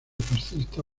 fascista